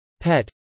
PET